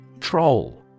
Troll